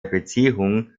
beziehungen